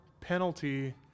penalty